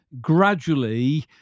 gradually